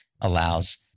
allows